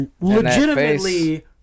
legitimately